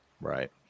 right